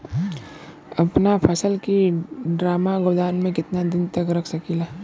अपना फसल की ड्रामा गोदाम में कितना दिन तक रख सकीला?